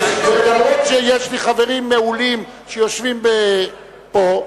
וגם אם יש לי חברים מעולים שיושבים פה,